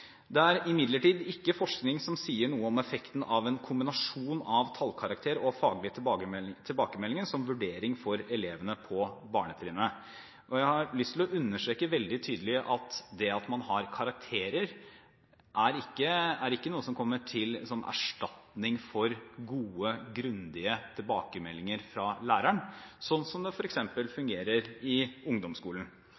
Det er imidlertid ingen forskning som sier noe om effekten av en kombinasjon av tallkarakterer og faglige tilbakemeldinger som vurdering for elevene på barnetrinnet, og jeg har lyst til å understreke veldig tydelig at det at man har karakterer, ikke kommer som en erstatning for gode, grundige tilbakemeldinger fra læreren, slik det f.eks. fungerer i ungdomsskolen. Jeg mener det